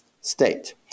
state